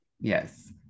yes